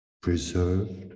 preserved